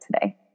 today